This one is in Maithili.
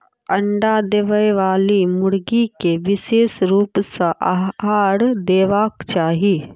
अंडा देबयबाली मुर्गी के विशेष रूप सॅ आहार देबाक चाही